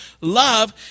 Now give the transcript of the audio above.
love